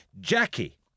Jackie